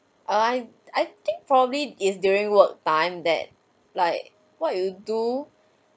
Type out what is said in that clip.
I I think probably is during work time that like what you do